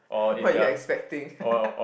what you expecting